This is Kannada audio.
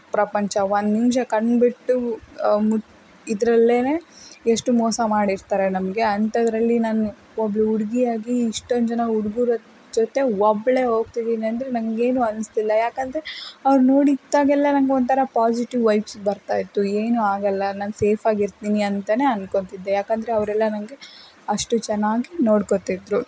ಪ್ರಪಂಚ ಒಂದು ನಿಮಿಷ ಕಣ್ಬಿಟ್ಟು ಮು ಇದ್ರಲ್ಲೇ ಎಷ್ಟು ಮೋಸ ಮಾಡಿರ್ತಾರೆ ನಮಗೆ ಅಂಥದ್ದರಲ್ಲಿ ನಾನು ಒಬ್ಬಳು ಹುಡುಗಿಯಾಗಿ ಇಷ್ಟೊಂದು ಜನ ಹುಡುಗರ ಜೊತೆ ಒಬ್ಳೆ ಹೋಗ್ತಿದ್ದೀನಿ ಅಂದರೆ ನನಗೇನು ಅನಿಸ್ತಿಲ್ಲ ಯಾಕಂದರೆ ಅವ್ರು ನೋಡಿತ್ತಾಗೆಲ್ಲ ನನಗೊಂಥರ ಪಾಸಿಟಿವ್ ವೈಬ್ಸ್ ಬರ್ತಾ ಇತ್ತು ಏನೂ ಆಗಲ್ಲ ನಾನು ಸೇಫ್ ಆಗಿರ್ತೀನಿ ಅಂತಾನೇ ಅನ್ಕೊತಿದ್ದೆ ಯಾಕಂದರೆ ಅವರೆಲ್ಲ ನನಗೆ ಅಷ್ಟು ಚೆನ್ನಾಗಿ ನೋಡ್ಕೊತಿದ್ರು